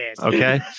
Okay